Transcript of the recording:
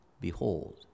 behold